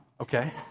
okay